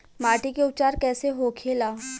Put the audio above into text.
माटी के उपचार कैसे होखे ला?